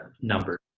number